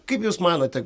kaip jūs manote